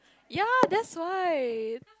ya that's why